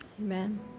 Amen